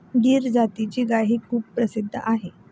गीर जातीची गायही खूप प्रसिद्ध आहे